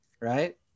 Right